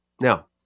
Now